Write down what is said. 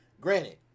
granted